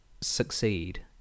succeed